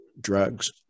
drugs